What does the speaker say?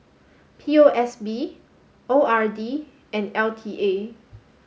P O S B O R D and L T A